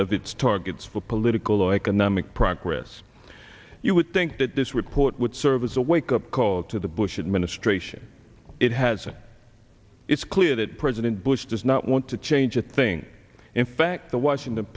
of its targets for political or economic progress you would think that this report would serve as a wake up call to the bush administration it has it's clear that president bush does not want to change a thing in fact the washington